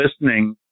listening